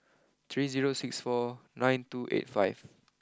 three zero six four nine two eight five